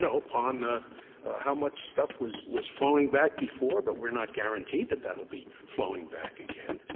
so upon ah how much stuff was was flowing back before, but we're not guaranteed that that will be flowing back again.